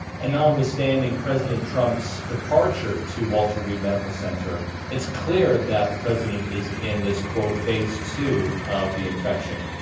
and notwithstanding president trump's departure to walter reed medical center, it's clear that the president is in this quote phase two of the infection,